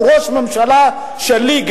הוא ראש ממשלה גם שלי.